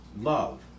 love